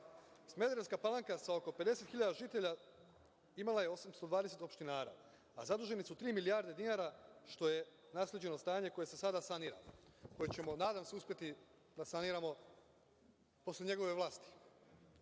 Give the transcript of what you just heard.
naslov. Smederevska Palanka sa oko 50.000 žitelja imala je 820 opštinara, a zaduženi su tri milijarde dinara, što je nasleđeno stanje koje se sada sanira, koje ćemo, nadam se, uspeti da saniramo posle njegove vlasti.